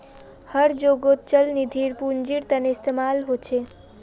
हर जोगोत चल निधिर पुन्जिर तने इस्तेमाल होचे